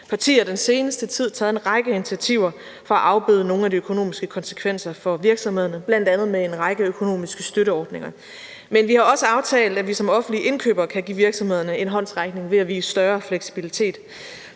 partier den seneste tid taget en række initiativer for at afbøde nogle af de økonomiske konsekvenser for virksomhederne, bl.a. med en række økonomiske støtteordninger. Men vi har også aftalt, at vi som offentlige indkøbere kan give virksomhederne en håndsrækning ved at vise større fleksibilitet.